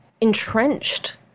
entrenched